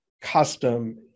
custom